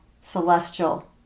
celestial